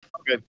Okay